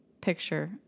picture